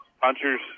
Punchers